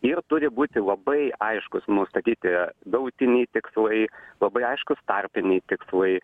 ir turi būti labai aiškūs nustatyti tautiniai tikslai labai aiškūs tarpiniai tikslai